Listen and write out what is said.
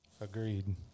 Agreed